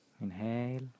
Inhale